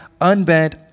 unbent